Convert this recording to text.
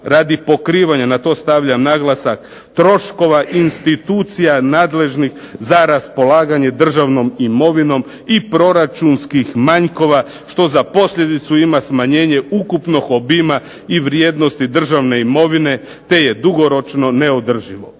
radi pokrivanja na to stavljam naglasak troškova institucija nadležnih za raspolaganje državnom imovinom i proračunskih manjkova što za posljedicu ima smanjenje ukupnog obima i vrijednosti državne imovine, te je dugoročno neodrživo.